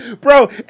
Bro